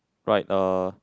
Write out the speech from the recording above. right uh